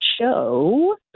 show